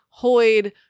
Hoid